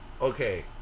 Okay